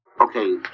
okay